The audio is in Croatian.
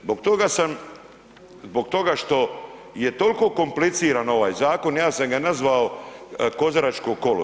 Zbog toga sam, zbog toga što je tolko kompliciran ovaj zakon, ja sam ga nazvao kozaračko kolo.